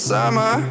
summer